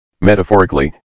metaphorically